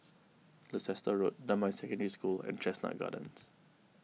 Leicester Road Damai Secondary School and Chestnut Gardens